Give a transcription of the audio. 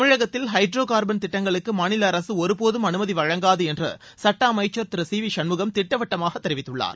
தமிழகத்தில் hydrocarbon திட்டங்களுக்கு மாநில அரசு ஒருபோதும் அனுமதி வழங்காது என்று சுட்ட அமைச்சர் திரு சி வி சண்முகம் திட்டவட்டமாக தெரிவித்துள்ளார்